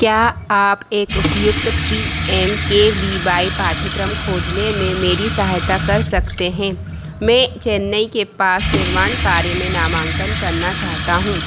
क्या आप एक उपयुक्त P M K V Y पाठ्यक्रम खोजने में मेरी सहायता कर सकते हैं मैं चेन्नई के पास निर्माण कार्य में नामांकन करना चाहता हूँ